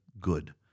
good